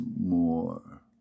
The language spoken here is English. more